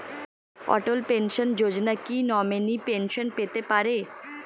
অটল pension Yojana কি নমনীয় pension পেতে পারে?